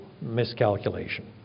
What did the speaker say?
miscalculation